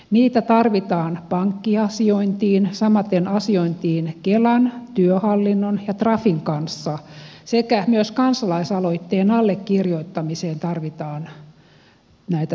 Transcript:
niitä tarvitaan pankkiasiointiin samaten asiointiin kelan työhallinnon ja trafin kanssa sekä myös kansalaisaloitteen allekirjoittamiseen tarvitaan näitä tunnuksia